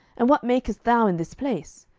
and what makest thou in this place?